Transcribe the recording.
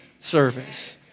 service